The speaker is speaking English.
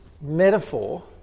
metaphor